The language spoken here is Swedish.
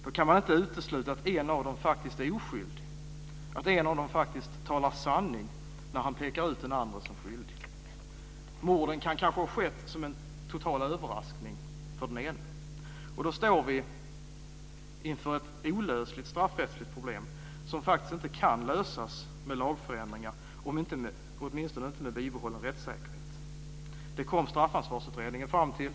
Då kan man inte utesluta att en av dem faktiskt är oskyldig, att en av dem faktiskt talar sanning när han pekar ut den andra som skyldig. Morden kan kanske ha skett som en total överraskning för den ena. Då står vi inför ett olösligt straffrättsligt problem som faktiskt inte kan lösas med lagförändringar, åtminstone inte med bibehållen rättssäkerhet. Det kom Straffansvarsutredningen fram till.